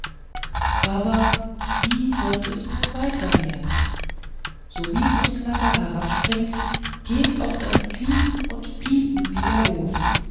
aber wie wird es nun weiter werden sowie nußknacker herabspringt geht auch das quieken und piepen wieder los